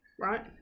right